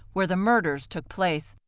where the murders took place.